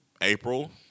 April